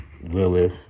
Lilith